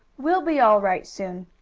we'll be all right soon.